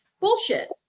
Bullshit